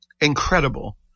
incredible